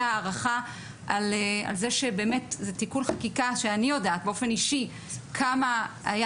הערכה על כך שזה תיקון חקיקה שאני יודעת באופן אישי עד כמה היה